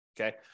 Okay